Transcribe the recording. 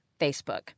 Facebook